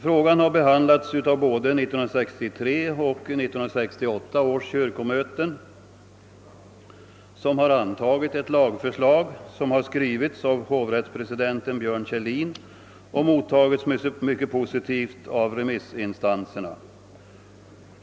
Frågan har behandlats av både 1963 och 1968 års kyrkomöten, som har antagit ett lagförslag vilket har skrivits av hovrättspresident Björn Kjellin och mottagits mycket positivt av remissinstanserna.